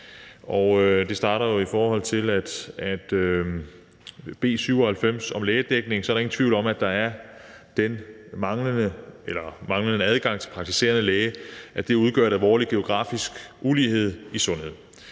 med, at der i forhold til B 97 om lægedækning ikke er nogen tvivl om, at den manglende adgang til en praktiserende læge udgør et alvorlig geografisk ulighed i sundhed.